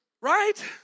Right